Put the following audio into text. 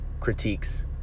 critiques